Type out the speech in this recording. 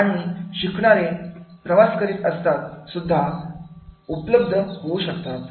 आणि शिकणारे प्रवास करीत असताना सुद्धा उपलब्ध होऊ शकतात